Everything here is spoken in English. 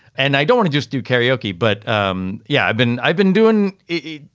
and i don't just do karaoke. but um yeah, i've been i've been doing it.